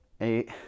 eight